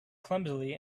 clumsily